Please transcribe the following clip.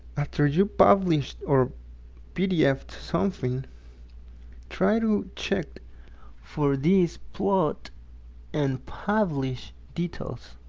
after you published or pdf to something try to check for these plot and publish details